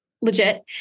legit